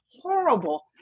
horrible